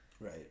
Right